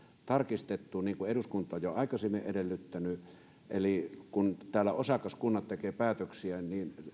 tarkistettu niin kuin eduskunta on jo aikaisemmin edellyttänyt eli kun osakaskunnat tekevät päätöksiä